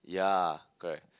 yeah correct